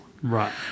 Right